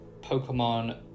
Pokemon